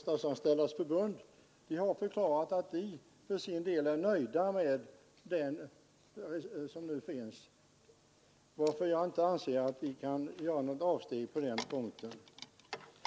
Statsanställdas förbund, har förklarat att de för sin del är nöjda med den ordning som nu råder, varför jag inte anser att man kan göra något avsteg på den punkten.